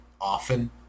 often